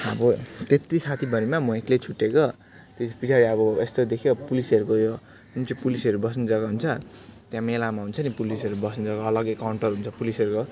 अब त्यत्ति साथीभरिमा म एक्लै छुटिएको त्यो चाहिँ पछाडि अब यस्तो देख्यो पुलिसहरूको यो जुन चाहिँ पुलिसहरू बस्ने जग्गा हुन्छ त्यहाँ मेलामा हुन्छ नि पुलिसहरू बस्ने जग्गा अलग्गै काउन्टर हुन्छ पुलिसहरूको